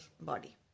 body